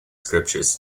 scriptures